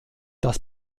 das